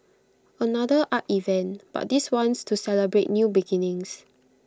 another art event but this one's to celebrate new beginnings